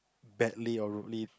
badly or rudely